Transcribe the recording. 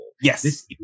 Yes